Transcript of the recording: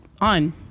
on